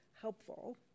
helpful